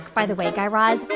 by the way, guy raz,